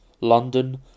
London